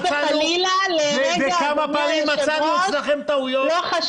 אדוני היושב-ראש, אני חס